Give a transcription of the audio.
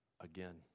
again